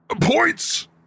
Points